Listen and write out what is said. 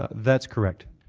that's correct.